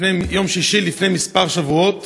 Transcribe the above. ביום שישי לפני כמה שבועות